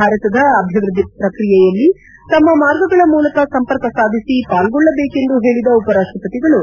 ಭಾರತದ ಅಭಿವೃದ್ಧಿ ಪ್ರಕ್ರಿಯೆಯಲ್ಲಿ ತಮ್ಮ ಮಾರ್ಗಗಳ ಮೂಲಕ ಸಂಪರ್ಕ ಸಾಧಿಸಿ ಪಾಲ್ಗೊಳ್ಳಬೇಕೆಂದು ಹೇಳಿದ ಉಪರಾಷ್ಟಪತಿಗಳು